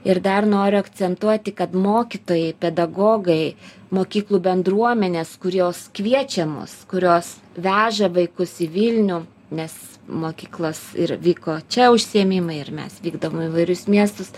ir dar noriu akcentuoti kad mokytojai pedagogai mokyklų bendruomenės kur jos kviečiamos kurios veža vaikus į vilnių nes mokyklas ir vyko čia užsiėmimai ir mes vykdavom į įvairius miestus